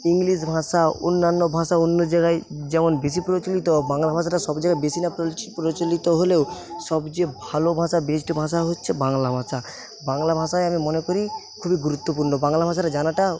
English ভাষা অন্যান্য ভাষা অন্য জায়গায় যেমন বেশি প্রচলিত বাংলা ভাষাটা সব জায়গায় বেশি না প্রচলিত হলেও সবচেয়ে ভালো ভাষা বেস্ট ভাষা হচ্ছে বাংলা ভাষা বাংলা ভাষায় আমি মনে করি খুবই গুরুত্বপূর্ণ বাংলা ভাষাটা জানাটাও